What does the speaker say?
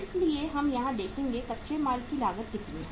इसलिए हम यहां देखेंगे कच्चे माल की लागत कितनी है